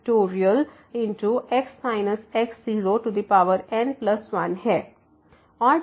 x x0n1 है